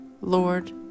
Lord